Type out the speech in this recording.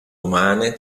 umane